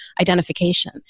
identification